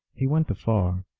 he went afar.